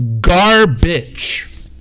garbage